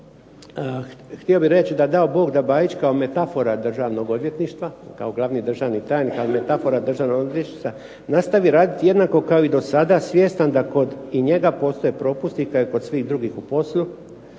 htio bih reći da dao Bog da Bajić kao metafora Državnog odvjetništva, kao glavni državni …/Govornik se ne razumije./…, ali metafora Državnog odvjetništva nastavi raditi jednako kao i do sada svjestan da kod i njega postoje propusti kao i kod svih drugih u poslu,